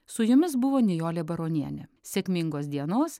su jumis buvo nijolė baronienė sėkmingos dienos